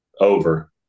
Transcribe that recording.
over